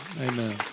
amen